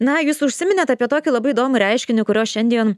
na jūs užsiminėt apie tokį labai įdomų reiškinį kurio šiandien